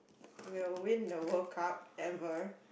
will win the World Cup ever